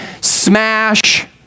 smash